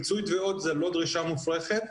מיצוי תביעות זו לא דרישה מופרכת.